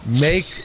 Make